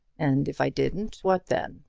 and if i didn't, what then?